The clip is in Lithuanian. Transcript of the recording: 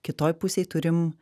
kitoj pusėj turim